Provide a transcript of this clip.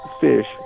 fish